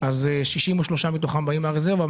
אז 63 מיליון שקל מתוכם באים מן הרזרבה.